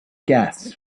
gas